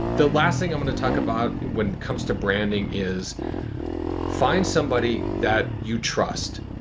the last thing i'm going to talk about when it comes to branding is find somebody that you trust,